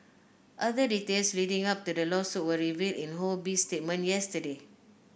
other details leading up to the lawsuit were revealed in Ho Bee's statement yesterday